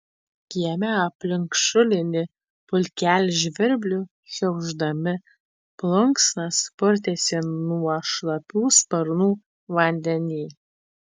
kieme aplink šulinį pulkelis žvirblių šiaušdami plunksnas purtėsi nuo šlapių sparnų vandenį